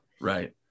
Right